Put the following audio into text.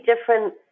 different